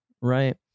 right